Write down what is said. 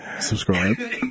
subscribe